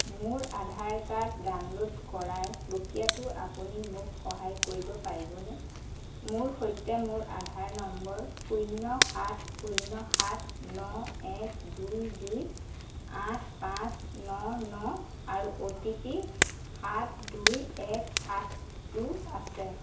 মোৰ Aadhaar card download কৰাৰ প্ৰক্ৰিয়াটোত আপুনি মোক সহায় কৰিব পাৰিবনে মোৰ সৈতে মোৰ আধাৰ নম্বৰ শূন্য সাত শূন্য সাত ন এক দুই দুই আঠ পাঁচ ন ন আৰু অ' টি পি সাত দুই এক সাতটো আছে